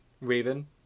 Raven